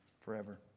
forever